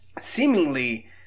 seemingly